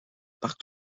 parc